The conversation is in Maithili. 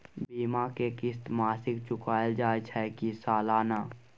बीमा के किस्त मासिक चुकायल जाए छै की सालाना?